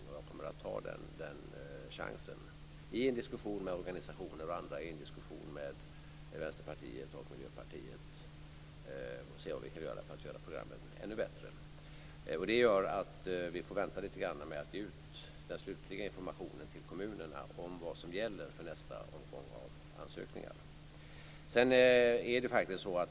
Jag kommer att ta den chansen i en diskussion med organisationer, Vänsterpartiet och Miljöpartiet för att se vad som kan göras för att programmen skall bli ännu bättre. Vi får vänta lite med att ge ut den slutliga informationen till kommunerna om vad som gäller för nästa omgång av ansökningar.